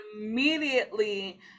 immediately